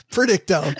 Predicto